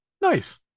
nice